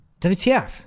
WTF